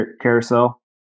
carousel